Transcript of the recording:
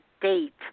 date